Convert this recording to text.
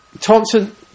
Thompson